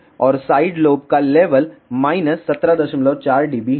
और side lobe का level minus 174 dB है